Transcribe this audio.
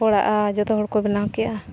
ᱚᱲᱟᱜ ᱡᱷᱚᱛᱚ ᱦᱚᱲ ᱠᱚ ᱵᱮᱱᱟᱣ ᱠᱮᱜᱼᱟ